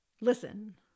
Listen